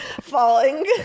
Falling